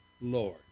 Lord